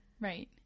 Right